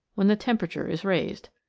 when the temperature is raised.